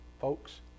folks